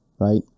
Right